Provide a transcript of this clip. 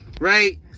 right